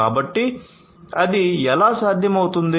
కాబట్టి అది ఎలా సాధ్యమవుతుంది